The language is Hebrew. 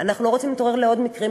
אנחנו לא רוצים להתעורר לעוד מקרים